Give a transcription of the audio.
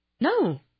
no